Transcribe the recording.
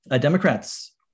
Democrats